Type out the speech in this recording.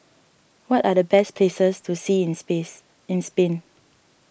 what are the best places to see in space in Spain